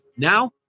Now